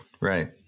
right